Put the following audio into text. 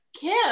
Kim